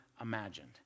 imagined